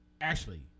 Ashley